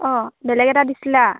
অঁ বেলেগ এটা দিছিলা